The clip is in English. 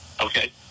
okay